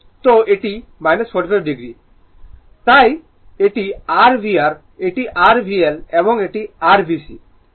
তো এটি 45 o volt তাই এটি r VR এটি r VL এবং এটি r VC